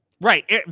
Right